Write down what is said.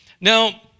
Now